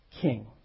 king